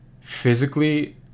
physically